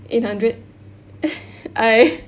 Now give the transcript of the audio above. eight hundred I